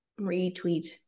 Retweet